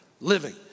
living